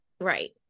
Right